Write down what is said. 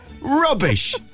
Rubbish